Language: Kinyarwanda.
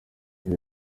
ibi